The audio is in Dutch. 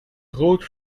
rood